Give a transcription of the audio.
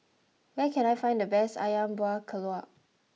where can I find the best Ayam Buah Keluak